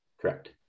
Correct